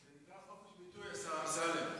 זה נקרא חופש ביטוי, השר אמסלם.